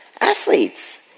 athletes